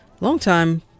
Longtime